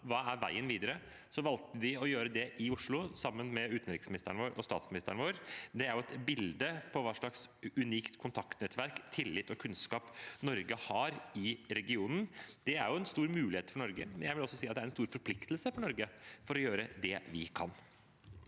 hva veien videre er, valgte de å gjøre det i Oslo, sammen med utenriksministeren og statsministeren vår. Det er et bilde på hva slags unikt kontaktnettverk, tillit og kunnskap Norge har i regionen. Det er en stor mulighet for Norge, men jeg vil også si det er en stor forpliktelse for Norge for å gjøre det vi kan.